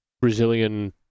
Brazilian